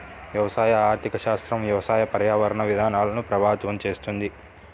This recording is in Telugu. వ్యవసాయ ఆర్థిక శాస్త్రం వ్యవసాయ, పర్యావరణ విధానాలను ప్రభావితం చేస్తుంది